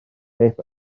beth